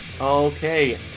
Okay